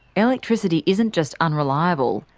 electricity isn't just unreliable,